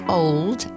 old